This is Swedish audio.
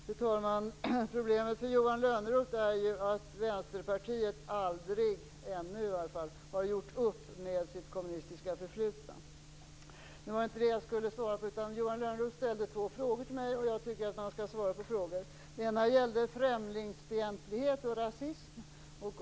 Fru talman! Problemet för Johan Lönnroth är att Vänsterpartiet aldrig - åtminstone inte ännu - har gjort upp med sitt kommunistiska förflutna. Johan Lönnroth ställde två frågor till mig, och jag tycker att man skall svara på frågor. Den ena gällde främlingsfientlighet och rasism.